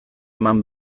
eman